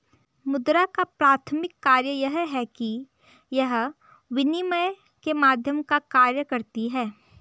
मुद्रा का प्राथमिक कार्य यह है कि यह विनिमय के माध्यम का कार्य करती है